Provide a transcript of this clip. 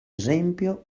esempio